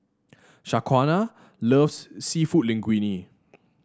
Shaquana loves seafood Linguine